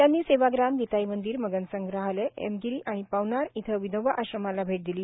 त्यांनी सेवाग्राम गीताई मंदिर मगन संग्रहालय एमगिरी आणि पवनार येथे विनोबा आश्रमाला भेट दिली